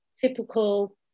typical